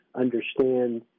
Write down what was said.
understand